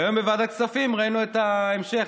והיום בוועדת כספים ראינו את ההמשך,